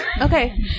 Okay